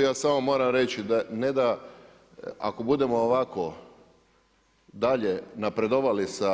Ja samo moram reći da, ne da ako budemo ovako dalje napredovali sa